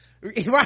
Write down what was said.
right